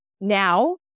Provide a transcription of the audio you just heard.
now